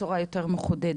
בצורה יותר מחודדת,